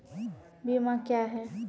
बीमा क्या हैं?